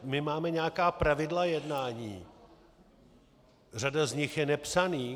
My máme nějaká pravidla jednání, řada z nich je nepsaných.